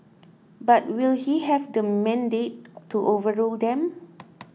but will he have the mandate to overrule them